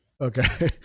okay